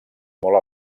molt